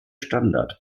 standard